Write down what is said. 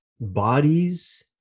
bodies